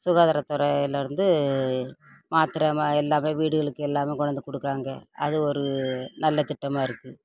சுகாதார துறையிலேருந்து மாத்திரை ம எல்லாமே வீடுகளுக்கு எல்லாமே கொண்டாந்து கொடுக்குறாங்க அது ஒரு நல்ல திட்டமாக இருக்குது